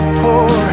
poor